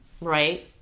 Right